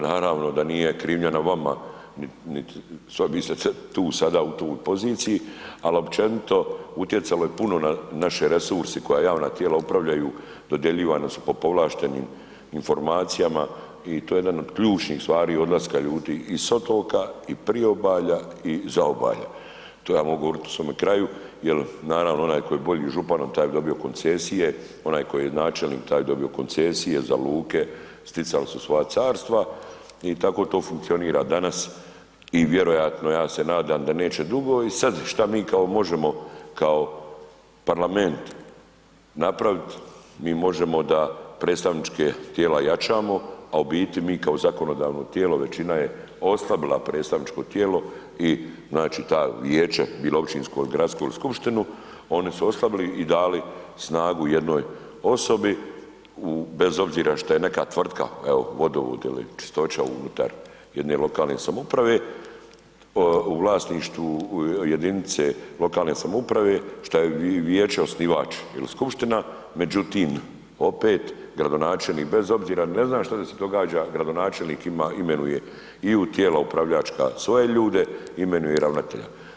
Naravno da nije krivnja na vama, nit, vi ste sad tu sada u toj poziciji, al općenito utjecalo je puno na naše resursi koja javna tijela upravljaju, dodijeljivani su po povlaštenim informacijama i to je jedan od ključnih stvari odlaska ljudi i s otoka i priobalja i zaobalja, to ja mogu govorit u svome u kraju, jel naravno onaj koji je bolji s županom, taj bi dobio koncesije, onaj koji je načelnik, taj bi dobio koncesije za luke, sticali su svoja carstva i tako to funkcionira danas i vjerojatno, ja se nadam da neće dugo i sad šta mi kao možemo kao parlament napravit, mi možemo da predstavnička tijela jačamo, a u biti mi kao zakonodavno tijelo, većina je oslabila predstavničko tijelo i znači ta vijeće, bilo općinsko, il gradsko il skupštinu, oni su oslabili i dali snagu jednoj osobi bez obzira što je neka tvrtka Vodovod ili Čistoća unutar jedne lokane samouprave, u vlasništvu jedinice lokalne samouprave, šta je vijeće osnivač il skupština, međutim, opet gradonačelnik bez obzira da ne znam šta da se događa, gradonačelnik ima, imenuje i u tijela upravljačka svoje ljude, imenuje i ravnatelja.